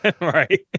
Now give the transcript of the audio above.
Right